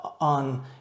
on